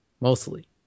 mostly